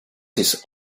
his